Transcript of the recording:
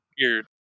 weird